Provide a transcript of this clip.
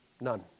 None